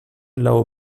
low